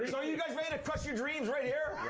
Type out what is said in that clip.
you know you guys ready to crush your dreams right here?